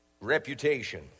Reputation